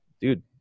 dude